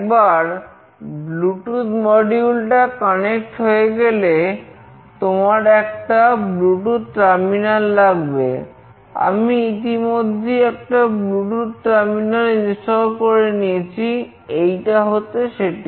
একবার Bluetooth module করে নিয়েছি এইটা হচ্ছে সেটি